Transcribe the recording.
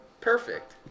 Perfect